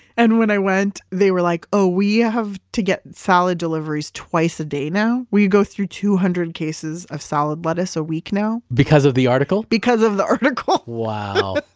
and when i went, they were like, oh, we have to get salad deliveries twice a day now. we you go through two hundred cases of salad lettuce a week now. because of the article? because of the article wow,